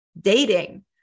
dating